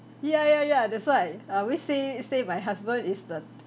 ya ya ya that's why I always say say my husband is the